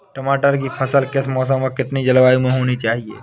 टमाटर की फसल किस मौसम व कितनी जलवायु में होनी चाहिए?